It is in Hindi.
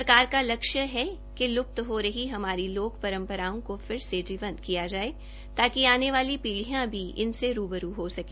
सरकार का लक्ष्य है कि लुप्त हो रही हमारी लोक परम्पराओं को फिर से जीवंत किया जाए ताकि आने वाली पी या भी इन से रुबरु हो सके